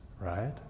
right